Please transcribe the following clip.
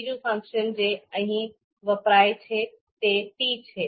બીજું ફંક્શન જે અહીં વપરાય છે તે t છે